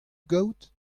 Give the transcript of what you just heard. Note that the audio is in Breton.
gaout